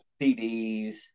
cds